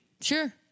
sure